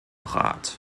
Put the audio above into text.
rat